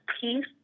peace